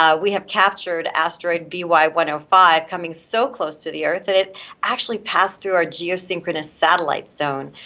um we have captured asteroid v y one zero ah five coming so close to the earth, that it actually passed through our geosynchronous satellite zone.